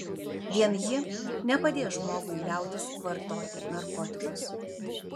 vien ji nepadės žmogui liautis vartoti narkotikus